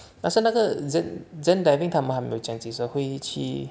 但是那个 zen zen diving 他们没有讲几时会去